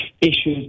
issues